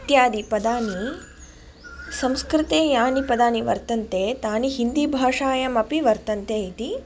इत्यादिपदानि संस्कृते यानि पदानि वर्तन्ते तानि हिन्दीभाषायाम् अपि वर्तन्ते इति